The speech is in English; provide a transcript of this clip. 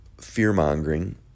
fear-mongering